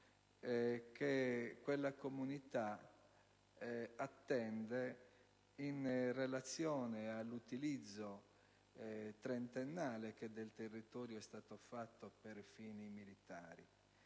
che quella comunità attende in relazione all'utilizzo trentennale che del territorio è stato fatto per fini militari.